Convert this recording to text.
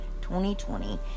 2020